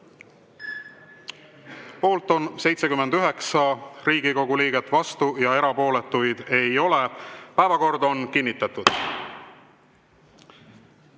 Poolt on 79 Riigikogu liiget, vastuolijaid ja erapooletuid ei ole. Päevakord on kinnitatud.